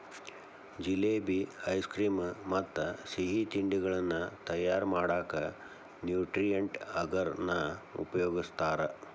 jalebi, ice cream ಮತ್ತ್ ಸಿಹಿ ತಿನಿಸಗಳನ್ನ ತಯಾರ್ ಮಾಡಕ್ ನ್ಯೂಟ್ರಿಯೆಂಟ್ ಅಗರ್ ನ ಉಪಯೋಗಸ್ತಾರ